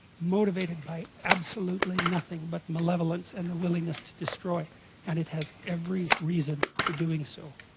motivated by absolutely nothing but malevolence and the willingness to destroy and it has every reason for doing so